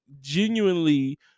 genuinely